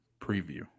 Preview